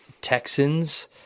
Texans